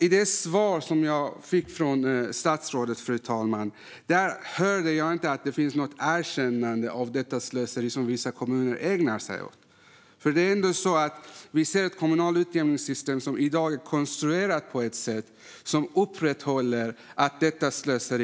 I det svar jag fick av statsrådet hörde jag inget erkännande av det slöseri som vissa kommuner ägnar sig åt. Men i dag ser vi ett kommunalt utjämningssystem som är konstruerat på ett sådant sätt att det upprätthåller detta slöseri.